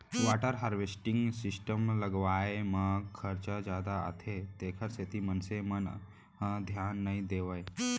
water harvesting system लगवाए म खरचा जादा आथे तेखर सेती मनखे मन ह धियान नइ देवय